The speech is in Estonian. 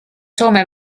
soome